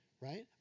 right